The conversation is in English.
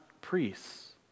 priests